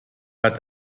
hat